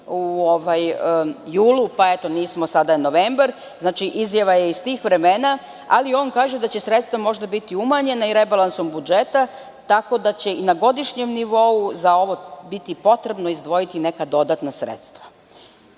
u julu, pa nismo. Eto, sada je novembar. Znači, izjava je iz tih vremena. On kaže da će sredstva možda biti umanjena i rebalansom budžeta, tako da će i na godišnjem nivou za ovo biti potrebno izdvojiti neka dodatna sredstva. Stvarno